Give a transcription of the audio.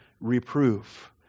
reproof